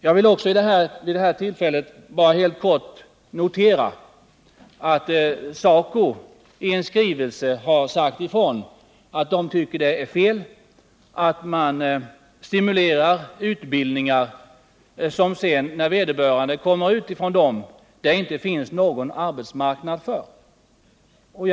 Jag vill också vid detta tillfälle bara helt kort notera att SACO i en skrivelse har sagt att man tycker det är fel att stimulera utbildningar för vilka det inte finns någon arbetsmarknad när de studerande kommer ut därifrån.